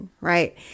Right